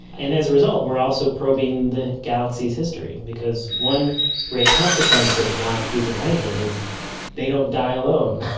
and as a result we are also probing the galaxy's history because one great consequence of not fusing hydrogen is they don't die alone,